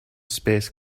space